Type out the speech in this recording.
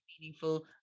meaningful